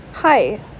Hi